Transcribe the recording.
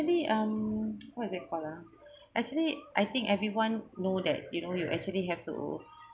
um what's it called uh actually I think everyone know that you know you actually have to